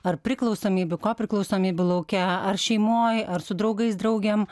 ar priklausomybių kopriklausomybių lauke ar šeimoj ar su draugais draugėm